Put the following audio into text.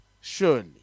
surely